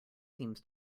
seems